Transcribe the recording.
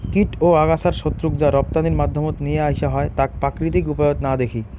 কীট ও আগাছার শত্রুক যা রপ্তানির মাধ্যমত নিয়া আইসা হয় তাক প্রাকৃতিক উপায়ত না দেখি